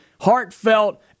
heartfelt